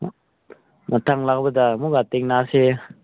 ꯃꯊꯪ ꯂꯥꯛꯄꯗ ꯑꯃꯨꯛꯀ ꯊꯦꯡꯅꯁꯤ